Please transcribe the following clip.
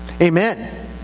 Amen